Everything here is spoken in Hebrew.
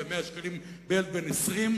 ו-100 שקלים בילד בן 20,